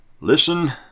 listen